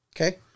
Okay